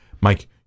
Mike